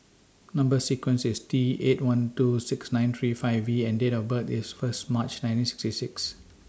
Number sequence IS T eight one two six nine three five V and Date of birth IS First March nineteen sixty six